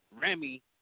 Remy